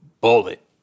bullet